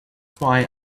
why